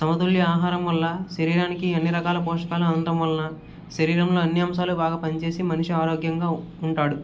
సమతుల్య ఆహారం వళ్ళ శరీరానికి అన్నీ రకాల పోషకాలు అందటం వలన శరీరంలో అన్నీ అంశాలు బాగా పని చేసి మనిషి ఆరోగ్యంగా ఉంటాడు